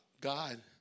God